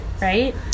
right